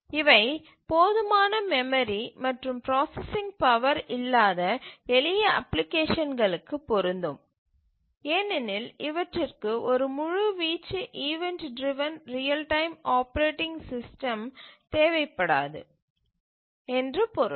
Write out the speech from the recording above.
இவை போதுமான மெமரி மற்றும் ப்ராசசிங் பவர் இல்லாத எளிய அப்ளிகேஷன்களுக்கும் பொருந்தும் ஏனெனில் இவற்றிற்கு ஒரு முழு வீச்சு event driven real time operating system தேவைப்படாது என்று பொருள்